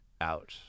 out